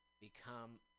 become